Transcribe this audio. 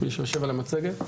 מישהו שיושב על המצגת?